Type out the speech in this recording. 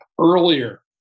earlier